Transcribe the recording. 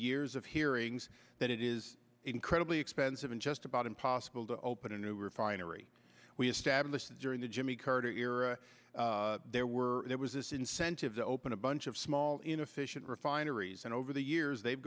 years of hearings that it is incredibly expensive and just about impossible to open a new refinery we established during the jimmy carter era there were there was this incentive to open a bunch of small inefficient refineries and over the years they've